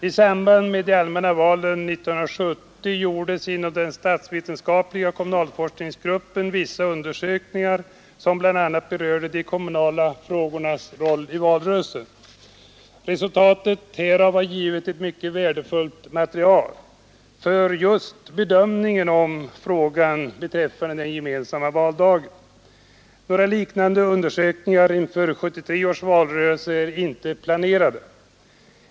I samband med de allmänna valen 1970 gjordes inom den statsvetenskapliga kommunalforskningsgruppen vissa undersökningar, som bl.a. berörde de kommunala frågornas roll i valrörelsen. Resultaten härav har givit ett mycket värdefullt material för bedömning just av frågan om den gemensamma valdagen. Några liknande undersökningar inför 1973 års valrörelse är inte planerade.